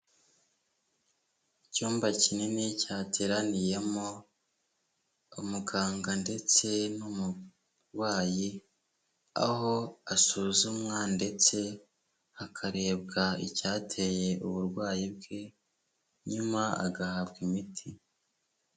Icyumba kinini cyateraniyemo umuganga ndetse n'umurwayi, aho asuzumwa ndetse hakarebwa icyateye uburwayi bwe nyuma agahabwa imiti.